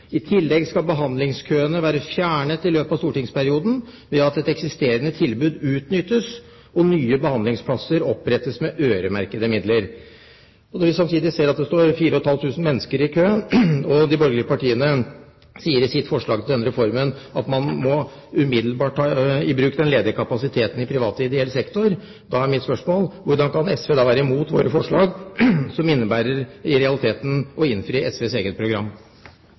I tillegg skal behandlingskøene være fjernet i løpet av stortingsperioden ved at eksisterende tilbud utnyttes og nye behandlingsplasser opprettes med øremerkede midler.» Når vi samtidig ser at det står 4 500 mennesker i kø, og de borgerlige partiene i forslag til denne reformen sier at man umiddelbart må ta i bruk den ledige kapasiteten i privat og ideell sektor, er mitt spørsmål: Hvordan kan SV være imot våre forslag, som i realiteten innebærer å innfri SVs eget program?